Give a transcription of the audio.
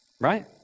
Right